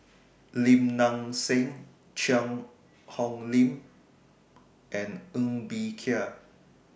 Lim Nang Seng Cheang Hong Lim and Ng Bee Kia